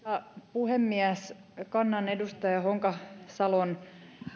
puhemies kannan edustaja honkasalon